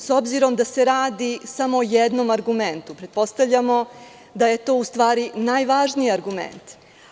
S obzirom da se radi samo o jednom argumentu, pretpostavljamo da je to u stvari najvažniji argument.